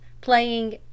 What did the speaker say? playing